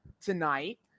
tonight